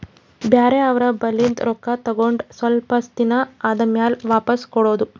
ಬ್ಯಾರೆ ಅವ್ರ ಬಲ್ಲಿಂದ್ ರೊಕ್ಕಾ ತಗೊಂಡ್ ಸ್ವಲ್ಪ್ ದಿನಾ ಆದಮ್ಯಾಲ ವಾಪಿಸ್ ಕೊಡೋದು